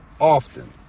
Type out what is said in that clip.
often